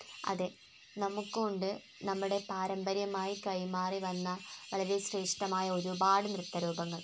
അതെ നമുക്കുമുണ്ട് നമ്മുടെ പാരമ്പര്യമായി കൈമാറി വന്ന വളരെ ശ്രേഷ്ഠമായ ഒരുപാട് നൃത്തരൂപങ്ങൾ